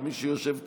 ומי שיושב כאן,